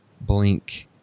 Blink